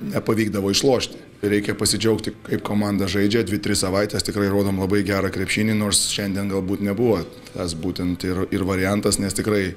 nepavykdavo išlošti reikia pasidžiaugti kai komanda žaidžia dvi tris savaites tikrai rodom labai gerą krepšinį nors šiandien galbūt nebuvo tas būtent ir ir variantas nes tikrai